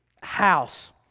house